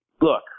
look